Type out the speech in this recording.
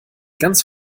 ganz